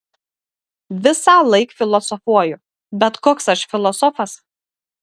visąlaik filosofuoju bet koks aš filosofas